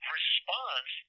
response